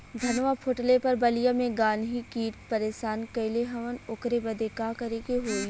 धनवा फूटले पर बलिया में गान्ही कीट परेशान कइले हवन ओकरे बदे का करे होई?